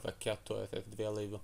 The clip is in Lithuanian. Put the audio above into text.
raketų ar erdvėlaivių